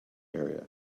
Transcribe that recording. area